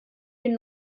den